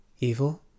Evil